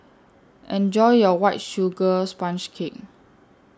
Enjoy your White Sugar Sponge Cake